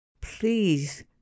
please